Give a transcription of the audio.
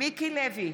מיקי לוי,